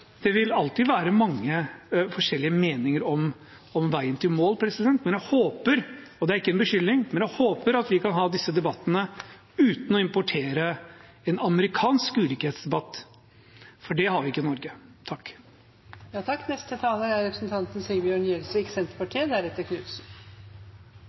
Det vil alltid være mange forskjellige meninger om veien til mål. Men jeg håper, og det er ikke en beskyldning, at vi kan ha disse debattene uten å importere en amerikansk ulikhetsdebatt, for det har vi ikke i Norge. Senterpartiet har, tradisjonen tro, i denne debatten blitt beskyldt for å se dystert på framtidsutsiktene i Norge. Men Norge er